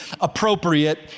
appropriate